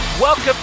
Welcome